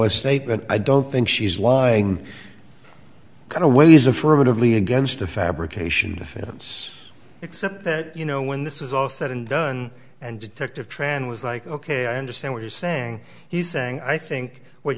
statement i don't think she's lying kind of ways affirmatively against the fabrication defense except that you know when this is all said and done and detective tran was like ok i understand what you're saying he's saying i think what